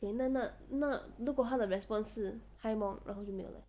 then 那那如果她的 response 是 hi mong